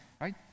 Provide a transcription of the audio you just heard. right